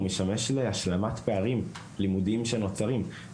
להשלמת פערים לימודיים שנוצרים.